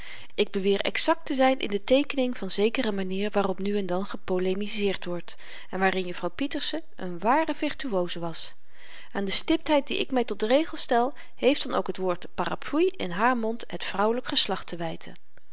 ik beweer exakt te zyn in de teekening van zekere manier waarop nu en dan gepolemizeerd wordt en waarin juffrouw pieterse n ware virtuoze was aan de stiptheid die ik my tot regel stel heeft dan ook t woord parapluie in haar mond het vrouwelyk geslacht te wyten